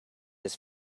his